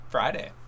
Friday